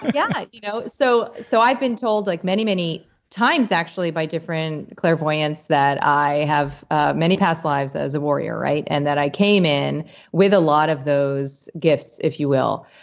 yeah like you know so so i've been told like many, many times actually by different clairvoyants that i have ah many past lives as a warrior and that i came in with a lot of those gifts, if you will.